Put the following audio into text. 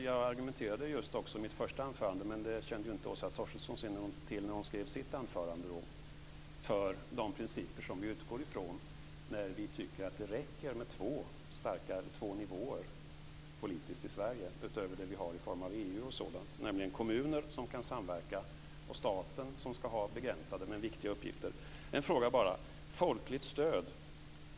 Jag argumenterade just i mitt första anförande - men det kände ju inte Åsa Torstensson till när hon skrev sitt anförande - för de principer som vi utgår ifrån när vi tycker att det räcker med två politiska nivåer i Sverige utöver det vi har i form av EU och sådant - nämligen kommuner som kan samverka och staten, som ska ha begränsade men viktiga uppgifter. Så har jag bara en fråga bara som gäller folkligt stöd.